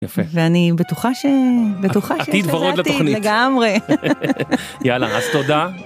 יפה. ואני בטוחה ש..בטוחה ש.. עתיד ורוד לתוכנית, לגמרי, יאללה אז תודה.